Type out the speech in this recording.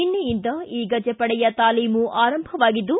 ನಿನ್ನೆಯಿಂದ ಈ ಗಜಪಡೆಯ ತಾಲೀಮು ಆರಂಭವಾಗಿದ್ದು